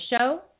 show